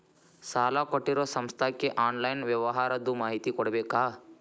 ಸಾಲಾ ಕೊಟ್ಟಿರೋ ಸಂಸ್ಥಾಕ್ಕೆ ಆನ್ಲೈನ್ ವ್ಯವಹಾರದ್ದು ಮಾಹಿತಿ ಕೊಡಬೇಕಾ?